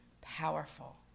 Powerful